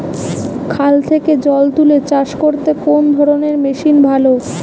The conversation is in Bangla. খাল থেকে জল তুলে চাষ করতে কোন ধরনের মেশিন ভালো?